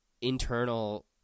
internal